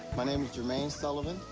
my name is jermaine sullivan,